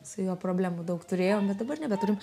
su juo problemų daug turėjom bet dabar nebeturim